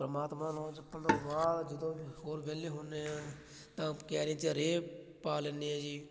ਪਰਮਾਤਮਾ ਦਾ ਨਾਂ ਜਪਣ ਤੋਂ ਬਾਅਦ ਜਦੋਂ ਵੀ ਹੋਰ ਵਿਹਲੇ ਹੁੰਦੇ ਹਾਂ ਤਾਂ ਕਿਆਰੀਆਂ 'ਚ ਰੇਹ ਪਾ ਲੈਂਦੇ ਹਾਂ ਜੀ